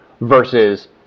versus